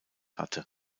hatte